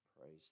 praise